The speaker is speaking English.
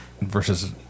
Versus